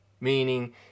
Meaning